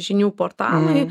žinių portalui